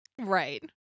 Right